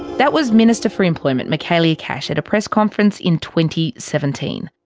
that was minister for employment michaelia cash at a press conference in twenty seventeen.